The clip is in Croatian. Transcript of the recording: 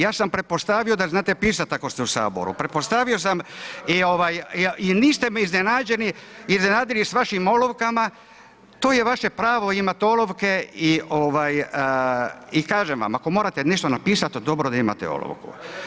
Ja sam pretpostavio da znate pisati ako ste u Saboru, pretpostavio sam i niste me iznenadili s vašim olovkama, to je vaše pravo imati olovke i kažem vam, ako morate nešto napisati dobro je da imate olovku.